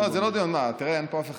לא, זה לא דיון, מה, תראה, אין פה אף אחד.